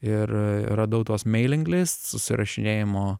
ir radau tuos mailing list susirašinėjimo